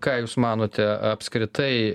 ką jūs manote apskritai